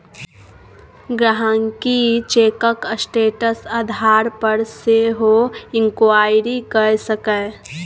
गांहिकी चैकक स्टेटस आधार पर सेहो इंक्वायरी कए सकैए